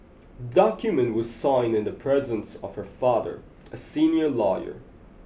document was signed in the presence of her father a senior lawyer